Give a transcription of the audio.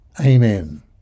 Amen